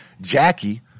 Jackie